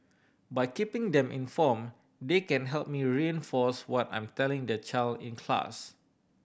by keeping them inform they can help me reinforce what I'm telling their child in class